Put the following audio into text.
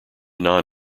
non